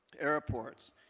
airports